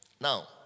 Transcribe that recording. Now